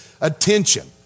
attention